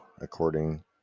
according